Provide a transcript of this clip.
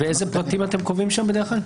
איזה פרטים אתם קובעים שם בדרך כלל?